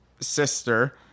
sister